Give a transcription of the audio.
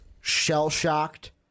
shell-shocked